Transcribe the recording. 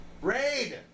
Raid